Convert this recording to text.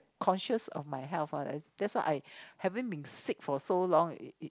conscious of my health that's why I having been sick for so long